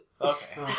Okay